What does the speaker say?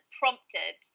prompted